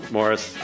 Morris